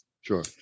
Sure